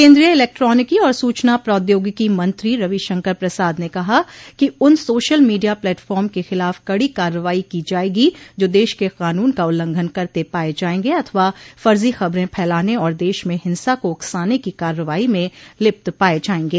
केन्द्रीय इलेक्ट्रानिकी और सूचना प्रौद्योगिकी मंत्री रविशंकर प्रसाद ने कहा कि उन सोशल मीडिया प्लेटफार्म के खिलाफ कडो कार्रवाई की जाएगी जो देश के कानून का उल्लंघन करते पाये जायेंगे अथवा फर्जी खबरें फैलाने और देश में हिंसा को उकसाने की कार्रवाई में लिप्त पाये जायेंगे